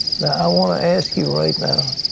now, i want to ask you right now,